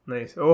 Nice